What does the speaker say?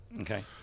Okay